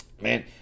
Man